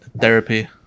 therapy